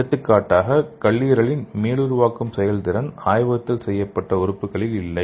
எடுத்துக்காட்டாக கல்லீரலின் மீளுருவாக்கம் செய்யும் திறன் ஆய்வகத்தில் செய்யப்பட்ட உறுப்புகளில் இல்லை